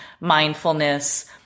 mindfulness